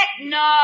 no